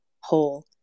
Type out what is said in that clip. whole